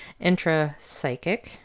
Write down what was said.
Intrapsychic